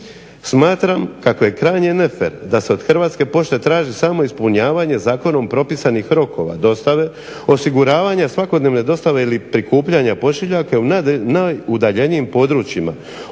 Smatram kako je krajnji nefer da se od Hrvatske pošte traži samo ispunjavanje zakonom propisanih rokova dostave, osiguravanja svakodnevne dostave ili prikupljanja pošiljaka i u najudaljenijim područjima,